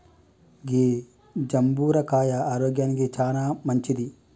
గీ జంబుర కాయ ఆరోగ్యానికి చానా మంచింది